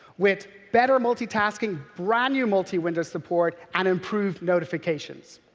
with better multitasking, brand-new multi-window support and improved notifications.